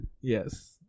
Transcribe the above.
Yes